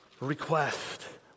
request